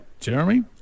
jeremy